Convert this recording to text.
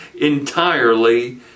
entirely